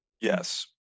Yes